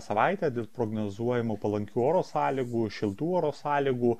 savaitę dėl prognozuojamų palankių oro sąlygų šiltų oro sąlygų